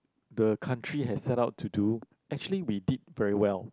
the country has set out to do actually we did very well